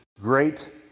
great